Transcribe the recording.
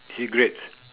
cigarettes